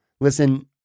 listen